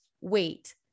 wait